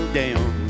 down